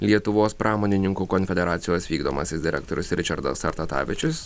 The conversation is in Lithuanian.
lietuvos pramonininkų konfederacijos vykdomasis direktorius ričardas sartatavičius